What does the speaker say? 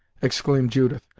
exclaimed judith,